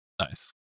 Nice